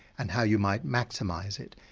and how you might maximise it,